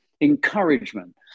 encouragement